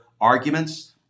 arguments